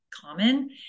common